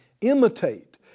imitate